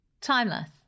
Timeless